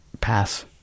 Pass